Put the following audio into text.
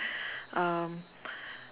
um